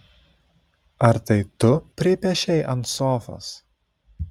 ar tai tu pripiešei ant sofos